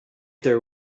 there